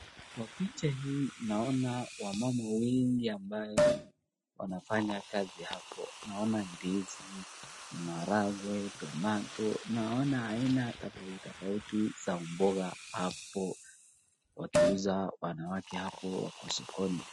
Nona wamama wengi ambao wanafanya kazi apo, naona ndizi, maharagwe, tomatoe .Naona aina tofautitofauti za mboga apo wakiuza wanawake, apo wako sokoni.